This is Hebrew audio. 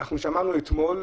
אנחנו שמענו אתמול,